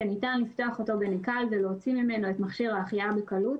שניתן לפתוח אותו בנקל ולהוציא ממנו את מכשיר ההחייאה בקלות,